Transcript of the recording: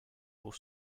pour